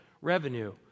revenue